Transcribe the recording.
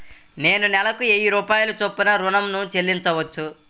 నేను నెలకు వెయ్యి రూపాయల చొప్పున ఋణం ను చెల్లించవచ్చా?